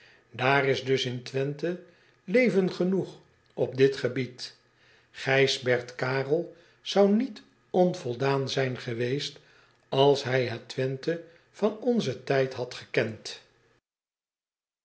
aar is dus in wenthe leven genoeg op dit gebied ijsbert arel zou niet onvoldaan zijn geweest als hij het wenthe van onzen tijd had gekend